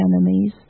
enemies